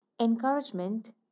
Encouragement